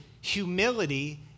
humility